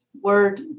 word